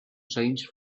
change